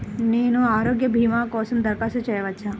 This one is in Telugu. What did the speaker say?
నేను ఆరోగ్య భీమా కోసం దరఖాస్తు చేయవచ్చా?